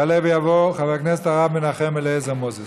יעלה ויבוא חבר הכנסת הרב מנחם אליעזר מוזס.